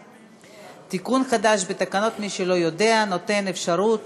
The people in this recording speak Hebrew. תיקון חדש בתקנון, למי שלא יודע, נותן אפשרות